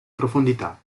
profondità